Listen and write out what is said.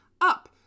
up